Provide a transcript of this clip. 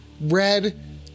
red